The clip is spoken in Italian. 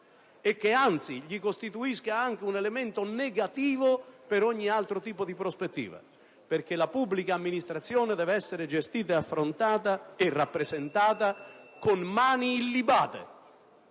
e che anzi questo costituisca per lui anche un elemento negativo per ogni altro tipo di prospettiva. La pubblica amministrazione deve essere gestita e rappresentata con mani illibate.